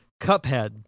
Cuphead